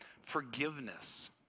forgiveness